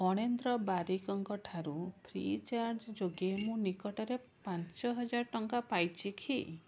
ଫଣେନ୍ଦ୍ର ବାରିକ୍ଙ୍କ ଠାରୁ ଫ୍ରିଚାର୍ଜ୍ ଯୋଗେ ମୁଁ ନିକଟରେ ପାଞ୍ଚହଜାର ଟଙ୍କା ପାଇଛି କି